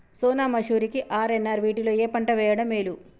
సోనా మాషురి కి ఆర్.ఎన్.ఆర్ వీటిలో ఏ పంట వెయ్యడం మేలు?